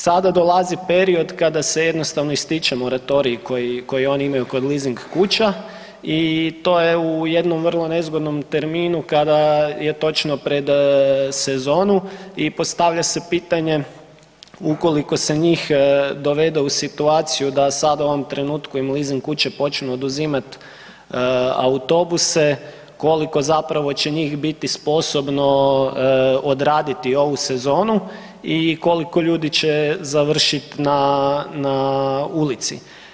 Sada dolazi period kada se jednostavno ističe moratorij koji oni imaju kod leasing kuća i to je u jednom vrlo nezgodnom terminu kada je točno pred sezonu i postavlja se pitanje ukoliko se njih dovede u situaciju da sad u ovom trenutku im leasing kuće počnu oduzimat autobuse, koliko zapravo će njih biti sposobno odraditi ovu sezonu i koliko ljudi će završit na ulici?